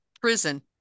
prison